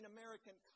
American